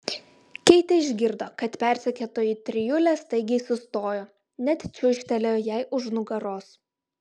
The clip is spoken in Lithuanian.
keitė išgirdo kad persekiotojų trijulė staigiai sustojo net čiūžtelėjo jai už nugaros